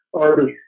artist